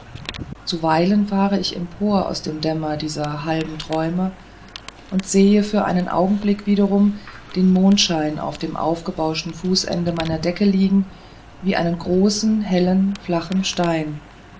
zuweilen fahre ich empor aus dem dämmer dieser halben träume und sehe für einen augenblick wiederum den mondschein auf dem gebauschten fußende meiner decke liegen wie einen großen hellen flachen stein